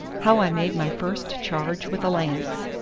how i made my first charge with a lance.